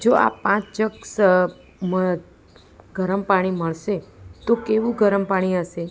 જો આ પાંચ જગ ગરમ પાણી મળશે તો કેવું ગરમ પાણી હશે